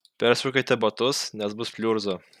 persiaukite batus nes bus pliurza